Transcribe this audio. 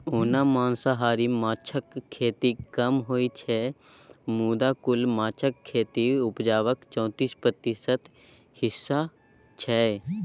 ओना मांसाहारी माछक खेती कम होइ छै मुदा कुल माछक उपजाक चौतीस प्रतिशत हिस्सा छै